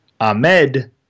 Ahmed